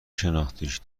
شناختیش